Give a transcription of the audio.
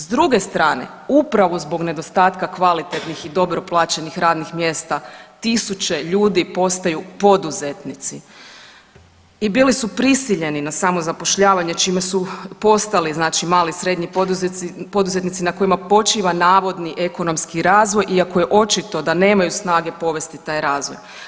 S druge strane upravo zbog nedostatka kvalitetnih i dobro plaćenih radnih mjesta tisuće ljudi postaju poduzetnici i bili su prisiljeni na samozapošljavanje, čime su postali znači mali i srednji poduzetnici na kojima počiva navodni ekonomski razvoj iako je očito da nemaju snage povesti taj razvoj.